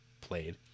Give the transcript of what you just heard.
played